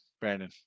Brandon